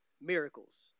miracles